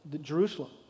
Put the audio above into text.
Jerusalem